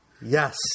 Yes